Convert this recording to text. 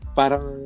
parang